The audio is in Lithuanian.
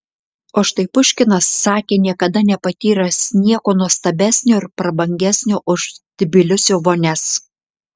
o štai puškinas sakė niekada nepatyręs nieko nuostabesnio ir prabangesnio už tbilisio vonias